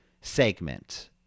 segment